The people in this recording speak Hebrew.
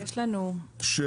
לא די בזה ב-750,000 שקל.